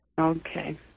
Okay